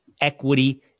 equity